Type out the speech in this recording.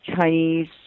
Chinese